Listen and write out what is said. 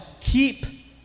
keep